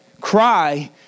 cry